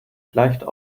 gleicht